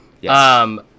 Yes